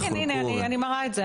כן, אני מראה את זה.